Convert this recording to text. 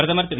பிரதமர் திரு